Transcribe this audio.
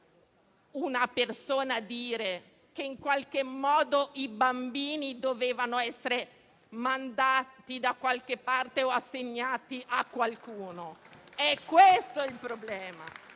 una persona dire che i bambini dovevano essere mandati da qualche parte o assegnati a qualcuno: è questo il problema.